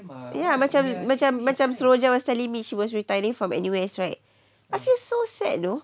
ya macam macam macam seroja was telling me she was retiring from N_U_S right I feel so sad you know